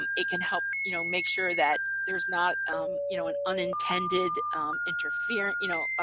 um it can help you know make sure that there's not you know an unintended interfere, you know,